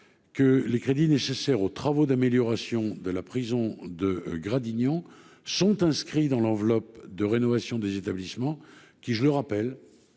que les crédits nécessaires aux travaux d'amélioration de la prison de Gradignan sont inscrits dans l'enveloppe de rénovation des établissements, qui, je le rappelle,